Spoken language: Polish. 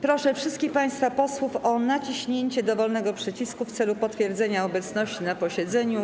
Proszę wszystkich państwa posłów o naciśnięcie dowolnego przycisku w celu potwierdzenia obecności na posiedzeniu.